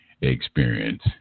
experience